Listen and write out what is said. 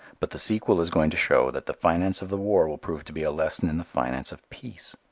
but the sequel is going to show that the finance of the war will prove to be a lesson in the finance of peace.